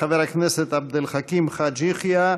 חבר הכנסת עבד אל חכים חאג' יחיא,